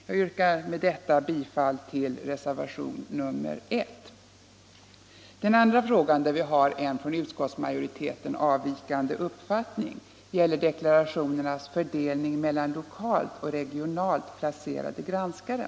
Jag yrkar med detta bifall till reservationen 1. Den andra frågan där vi har en uppfattning som avviker från utskottsmajoritetens gäller deklarationernas fördelning mellan lokalt och regionalt placerade granskare.